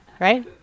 right